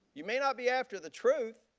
you may not be after the truth.